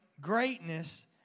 Greatness